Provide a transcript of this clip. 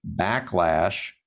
backlash